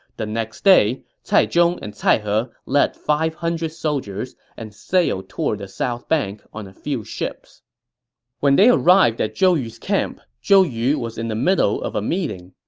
the next day, cai zhong and cai he led five hundred soldiers and sailed toward the south bank on a few ships when they arrived at zhou yu's camp, zhou yu was in the middle of a meeting.